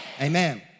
Amen